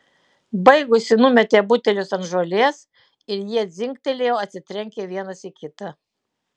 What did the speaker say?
baigusi numetė butelius ant žolės ir jie dzingtelėjo atsitrenkę vienas į kitą